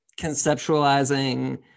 conceptualizing